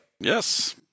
Yes